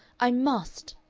i must.